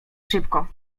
szybko